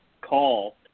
call